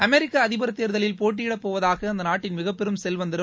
அமெரிக்க அதிபர் தேர்தலில் போட்டியிடப் போவதாக அந்த நாட்டின் மிகப்பெரும் செல்வந்தரும்